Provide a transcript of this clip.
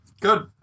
Good